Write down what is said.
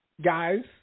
Guys